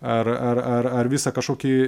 ar ar ar ar visą kažkokį